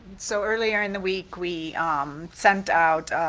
so earlier in the week we um sent out,